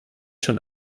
schon